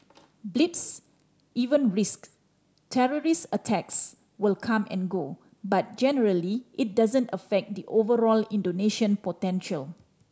blips event risk terrorist attacks will come and go but generally it doesn't affect the overall Indonesian potential